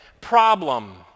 Problem